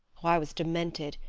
oh! i was demented,